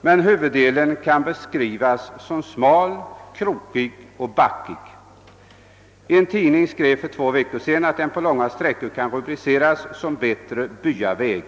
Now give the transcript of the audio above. men huvuddelen kan beskrivas 'som smal, krokig och 'backig. : En tidning skrev för två veckor sedan att vägen på långa sträckor kan rubriceras som »bättre byaväg».